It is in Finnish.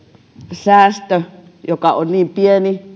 säästö veteraanien rintamalisästä joka on niin pieni